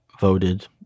voted